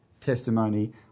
testimony